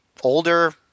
older